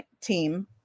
team